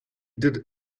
did